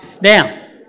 Now